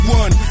one